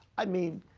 i mean,